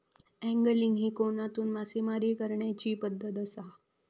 angling ही कोनातून मासेमारी करण्याची पद्धत आसा